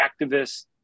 activists